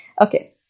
Okay